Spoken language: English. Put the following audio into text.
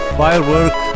firework